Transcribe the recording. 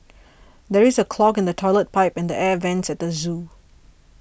there is a clog in the Toilet Pipe and the Air Vents at the zoo